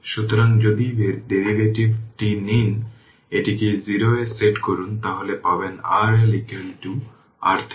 সুতরাং কখনও কখনও এটিকে বলা হয় যা আমি সুইচিং ফাংশনটি আন্ডারলাইন করেছি এবং সার্কিট অ্যানালিসিস এর জন্য খুব দরকারী